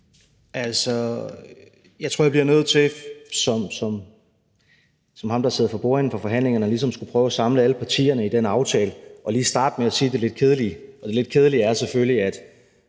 Altså, jeg tror, jeg bliver nødt til som ham, der sidder for bordenden ved forhandlingerne og ligesom skal prøve at samle alle partierne i den aftale, lige at starte med at sige det lidt kedelige. Og det lidt kedelige er selvfølgelig, at